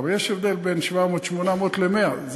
אבל יש הבדל בין 800 700 ל-100.